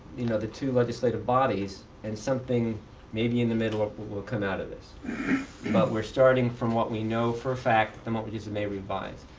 you know, the two legislative bodies. and something maybe in the middle ah will will come out of this. but we're starting from what we know for a fact and what we just may revise.